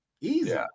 Easy